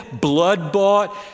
blood-bought